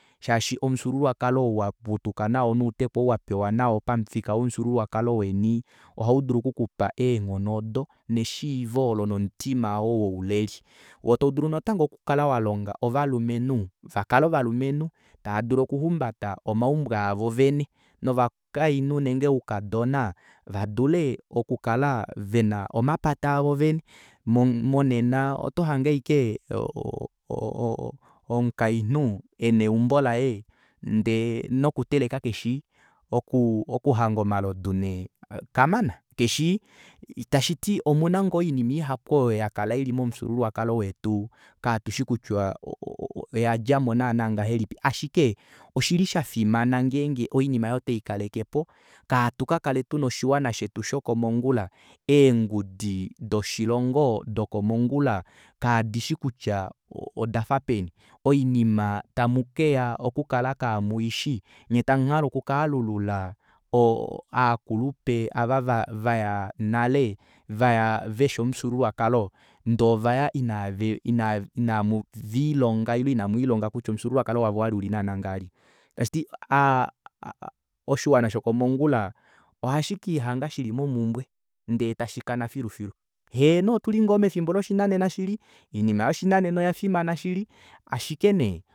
Shaashi omufyuululwakalo ou waputuka nao nouteku oo waputuka nao pamufika womufyuululwakalo weni ohaudulu okukupa eenghono odo neshiivo olo nomutima oo wouleli woo taudulu natango okukala walonga ovalumenhu vakale ovalumenhu taa dulu okuhumbata omaumbo avo vene novakainhu nenge oukadona vadule okukala vena omapata avo vene monena otohange ashike omukainhu ena eumbo laye ndee nokuteleka keshishi okuhanga omalodu nee kamana keshii tashiti omuna ngoo oinima ihapu oyo yakala ili momufyuululwakalo wetu katushi kutya o- o- o- oyadjamo naana ngahelipi ashike oshili shafimana ngenge oinima aayo otweikalekepo kaatukakale tuna oshiwana shetu shokomongula eengudi doshilongo dokomongula kadishi kutya odafa peni oinima tamukeya okukala kamuishi nyee tamuhale oku kaalulula aakulepo ava vaya nale vaya veshi omufyuululwakalo ndee ovaya inave ina muviilonga ile inamu ile inamwiilonga kutya omufyuululwakalo wavo owali ulinaana ngahelipi tashiti aa oshiwana shokomongula ohashikiihanga shili momumbwe ndee tashikana filufilu heeno otuli ngoo mefimbo loshinanena shili oinima yoshinanena oyafimana shili ashike nee